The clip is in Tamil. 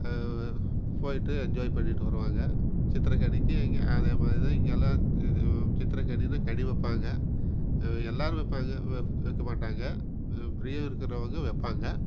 போய்ட்டு என்ஜாய் பண்ணிட்டு வருவாங்க சித்திரகனிக்கு இங்கே அதேமாதிரிதான் இங்கெல்லாம் சித்திரகனினால் கனி வைப்பாங்க எல்லாரும் வைப்பாங்க வெ வைக்கமாட்டாங்க பிரியம் இருக்கிறவங்க வைப்பாங்க